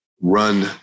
run